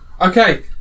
Okay